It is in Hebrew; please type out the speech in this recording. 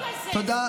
עם מי התקזז, טלי?